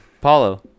Paulo